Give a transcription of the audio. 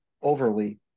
overly